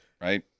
Right